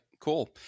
Cool